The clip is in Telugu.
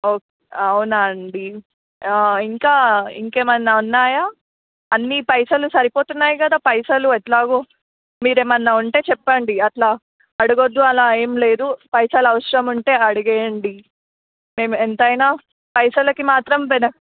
ఓకే అవునా అండి ఇంకా ఇంకా ఏమన్న ఉన్నాయా అన్ని పైసలు సరిపోతున్నాయి కదా పైసలు ఎట్లాగో మీరు ఏమన్న ఉంటే చెప్పండి అట్లా అడగొద్దు అలా ఏమి లేదు పైసలు అవసరం ఉంటే అడిగేయండి మేము ఎంతైనా పైసలకి మాత్రం వెనక